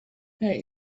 hey